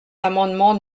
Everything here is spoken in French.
l’amendement